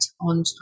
on